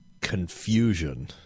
confusion